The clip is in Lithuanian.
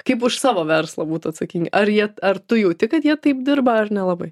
kaip už savo verslą būtų atsakingi ar jie ar tu jauti kad jie taip dirba ar nelabai